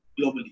globally